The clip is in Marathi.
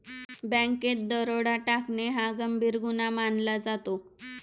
बँकेत दरोडा टाकणे हा गंभीर गुन्हा मानला जातो